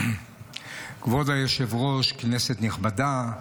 כבוד היושב-ראש, כנסת נכבדה,